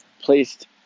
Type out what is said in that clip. placed